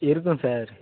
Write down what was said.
இருக்கும் சார்